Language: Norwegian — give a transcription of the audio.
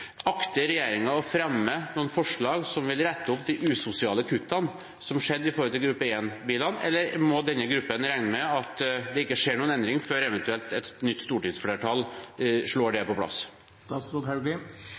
Akter regjeringen å fremme noen forslag som vil rette opp de usosiale kuttene som skjedde i forbindelse med gruppe 1-bilene, eller må denne gruppen regne med at det ikke skjer noen endring før eventuelt et nytt stortingsflertall